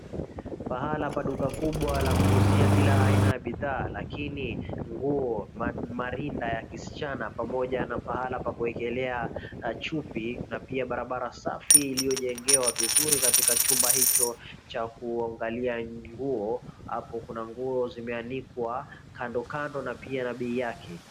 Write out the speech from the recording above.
Pahala pa duka kubwa la kuuzia kila aina ya bidhaa lakini, nguo, marinda ya kisichana pamoja na pahala pa kuekelea chupi na pia barabara safi iliyojengewa vizuri katika chumba hicho cha kuangalia nguo. Hapo kuna nguo zimeanikwa kando kando na pia na bei yake.